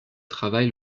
travail